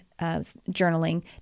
journaling